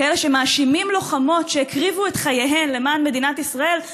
כאלה שמאשימים לוחמות שהקריבו את חייהן למען מדינת ישראל,